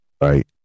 right